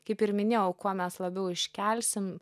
kaip ir minėjau kuo mes labiau iškelsim